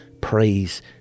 praise